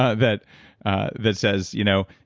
ah that that says, you know,